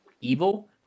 evil